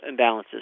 imbalances